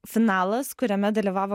finalas kuriame dalyvavo